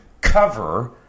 cover